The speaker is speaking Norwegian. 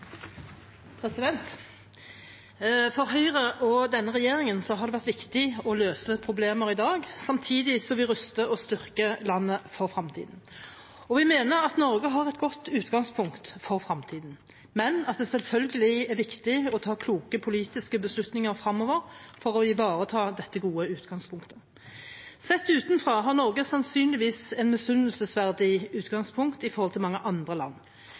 For Høyre og denne regjeringen har det vært viktig å løse problemer i dag samtidig som vi ruster og styrker landet for fremtiden, og vi mener at Norge har et godt utgangspunkt for fremtiden, men at det selvfølgelig er viktig å ta kloke politiske beslutninger fremover for å ivareta dette gode utgangspunktet. Sett utenfra har Norge sannsynligvis et misunnelsesverdig utgangspunkt i forhold til mange andre land: